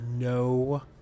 No